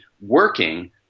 working